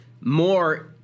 more